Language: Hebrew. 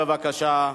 בבקשה.